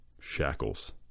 shackles